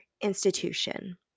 institution